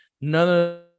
none